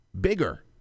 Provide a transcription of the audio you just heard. bigger